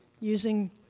using